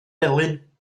melyn